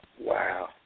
Wow